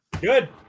Good